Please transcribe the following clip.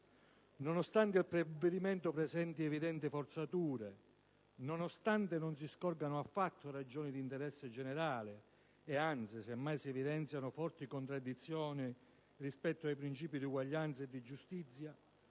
Nonostante il provvedimento presenti evidenti forzature e non si scorgano affatto ragioni di interesse generale - anzi, se mai si evidenziano forti contraddizioni rispetto ai principi di uguaglianza e di giustizia